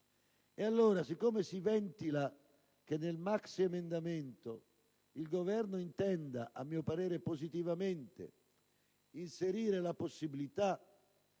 della ripresa. Si ventila che nel maxiemendamento il Governo intenda - a mio parere positivamente - inserire la possibilità